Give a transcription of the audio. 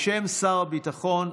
בשם שר הביטחון.